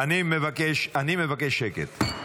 אני מבקש שקט.